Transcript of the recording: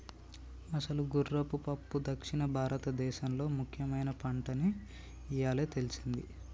అసలు గుర్రపు పప్పు దక్షిణ భారతదేసంలో ముఖ్యమైన పంటని ఇయ్యాలే తెల్సింది